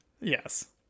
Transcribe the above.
yes